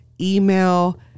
email